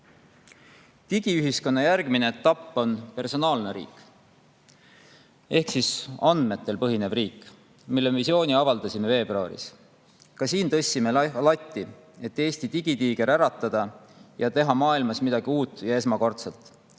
Digiühiskonna järgmine etapp on personaalne riik ehk siis andmetel põhinev riik, mille visiooni avaldasime veebruaris. Ka siin tõstsime latti, et Eesti digitiiger äratada ja teha maailmas midagi uut ja esmakordset,